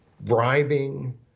bribing